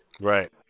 Right